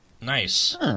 Nice